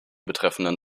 betreffenden